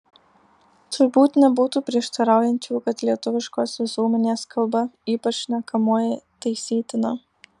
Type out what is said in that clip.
turbūt nebūtų prieštaraujančių kad lietuviškos visuomenės kalba ypač šnekamoji taisytina